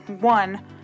one